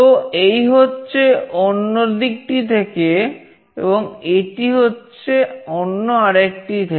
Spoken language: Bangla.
তো এই হচ্ছে অন্যদিকটি থেকে এবং এটি হচ্ছে অন্য আরেকটি থেকে